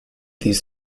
these